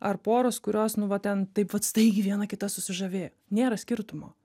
ar poros kurios nu va ten taip vat staigiai viena kita susižavėjo nėra skirtumo